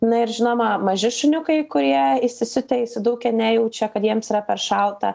na ir žinoma maži šuniukai kurie įsisiutę įsidūkę nejaučia kad jiems yra per šalta